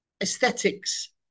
aesthetics